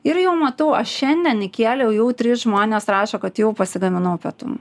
ir jau matau aš šiandien įkėliau jau trys žmonės rašo kad jau pasigaminau pietum